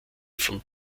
von